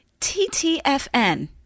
TTFN